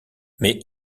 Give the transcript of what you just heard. mais